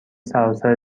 سراسر